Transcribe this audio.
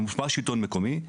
מרכז השלטון המקומי,